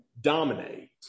dominate